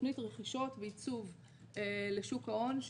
תוכנית רכישות ועיצוב לשוק ההון,